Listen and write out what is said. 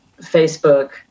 Facebook